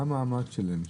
מה המעמד שלהם?